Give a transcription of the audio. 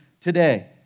today